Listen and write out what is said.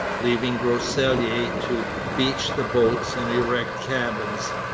leaving groseilliers to beach the boats and erect cabins,